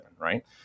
Right